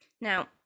Now